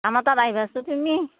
আমাৰ তাত আহিবাচোন তুমি